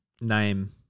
name